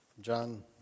John